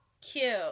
Cute